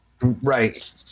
Right